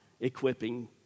equipping